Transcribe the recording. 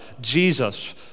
Jesus